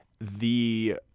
The-